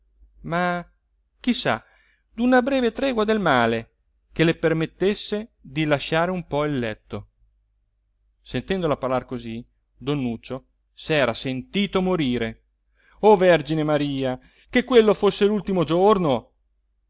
sa d'una breve tregua del male che le permettesse di lasciare un po il letto sentendola parlar così don nuccio s'era sentito morire o vergine maria che quello fosse l'ultimo giorno